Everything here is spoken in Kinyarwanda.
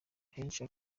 kenshi